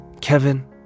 Kevin